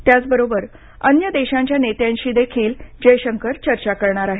त्याच बरोबर अन्य देशांच्या नेत्यांशी देखील जयशंकर चर्चा करणार आहेत